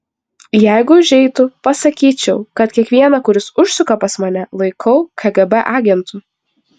jeigu užeitų pasakyčiau kad kiekvieną kuris užsuka pas mane laikau kgb agentu